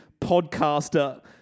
podcaster